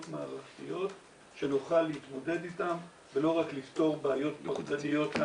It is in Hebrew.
מערכתיות שנוכל להתמודד איתן ולא רק לפתור בעיות נקודתיות.